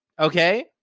okay